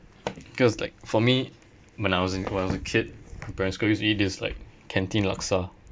because like for me when I was in when I was a kid in primary school I used to eat this like canteen laksa